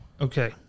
Okay